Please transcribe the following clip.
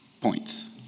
points